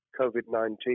COVID-19